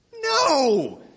No